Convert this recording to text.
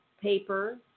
paper